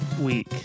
week